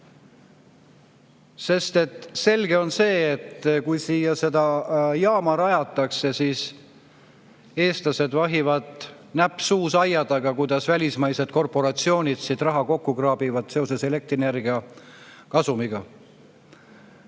Selge on see, et kui siia seda jaama rajatakse, siis eestlased vahivad, näpp suus, aia taga, kuidas välismaised korporatsioonid siit raha kokku kraabivad seoses elektrienergia kasumiga.